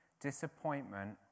Disappointment